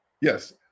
yes